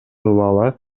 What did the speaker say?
бала